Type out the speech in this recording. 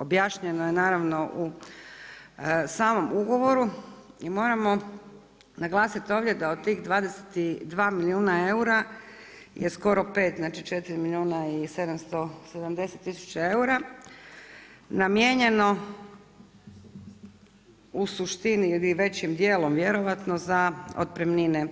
Objašnjeno je naravno u samom ugovoru i moramo naglasiti ovdje da od tih 22 milijuna eura je skoro pet znači 4 milijuna i 770 tisuća eura namijenjeno u suštini ili većim dijelom vjerojatno za otpremnine